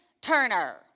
Turner